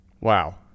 Wow